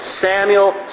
Samuel